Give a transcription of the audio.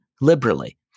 liberally